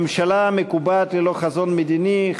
ממשלה מקובעת ללא חזון מדיני,